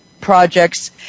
projects